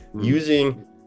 using